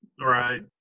Right